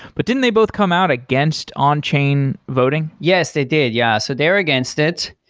but didn't they both come out against on chain voting? yes, they did. yeah, so they're against it.